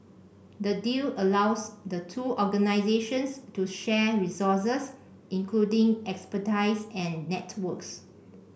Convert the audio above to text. the deal allows the two organisations to share resources including expertise and networks